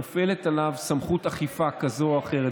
מופעלת עליו סמכות אכיפה כזו או אחרת,